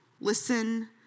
listen